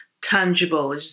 tangible